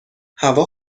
هوا